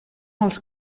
els